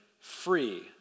free